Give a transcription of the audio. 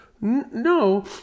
No